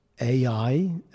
AI